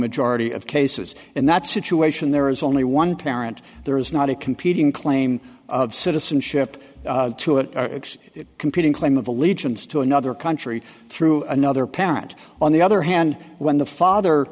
majority of cases in that situation there is only one parent there is not a competing claim of citizenship to it competing claim of allegiance to another country through another parent on the other hand when the father